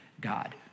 God